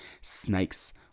snakes